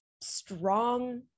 strong